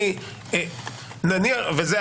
וזה,